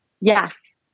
yes